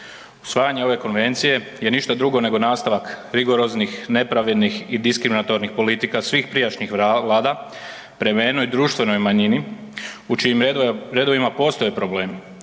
Usvajanje ove konvencije je ništa drugo nego nastavak rigoroznih, nepravednih i diskriminatornih politika svih prijašnjih vlada prema jednoj društvenoj manjini u čijim redovima postoji problem,